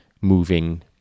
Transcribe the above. moving